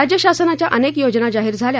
राज्य शासनाच्या अनेक योजना जाहीर झाल्या